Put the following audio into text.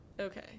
Okay